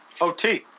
OT